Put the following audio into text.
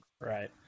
Right